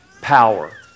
power